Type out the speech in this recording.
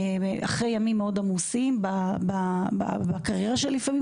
אחרי ימים מאוד עמוסים בקריירה שלי לפעמים,